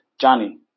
Johnny